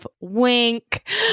Wink